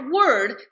word